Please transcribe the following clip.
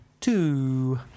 Two